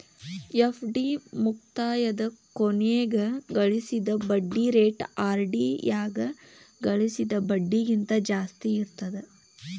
FD ಮುಕ್ತಾಯದ ಕೊನಿಗ್ ಗಳಿಸಿದ್ ಬಡ್ಡಿ ರೇಟ ಆರ್.ಡಿ ಯಾಗ ಗಳಿಸಿದ್ ಬಡ್ಡಿಗಿಂತ ಜಾಸ್ತಿ ಇರ್ತದಾ